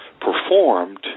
performed